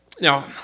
Now